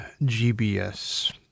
GBS